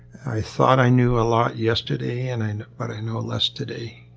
i thought i knew a lot yesterday and and but i know less today.